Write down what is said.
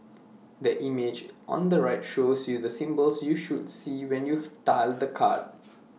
the image on the right shows you the symbols you should see when you tilt the card